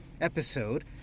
episode